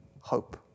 hope